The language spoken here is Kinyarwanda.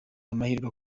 amahirwe